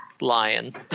Lion